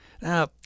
Now